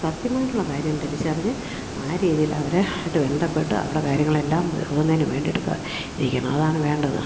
സത്യമായിട്ടുള്ള കാര്യം തിരിച്ചറിഞ്ഞു ആ രീതിയിൽ അവരുമായിട്ട് ബന്ധപ്പെട്ട് അവരുടെ കാര്യങ്ങളെല്ലാം വരുന്നതിന്ന് വേണ്ടിയിട്ടിക്കെ ഇരിക്കണം അതാണ് വേണ്ടത്